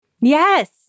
Yes